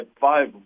five